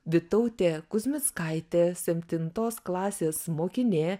vytautė kuzmickaitė septintos klasės mokinė